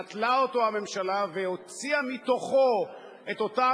נטלה אותו הממשלה והוציאה מתוכו את אותם